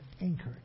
anchored